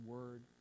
Word